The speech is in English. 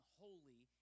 holy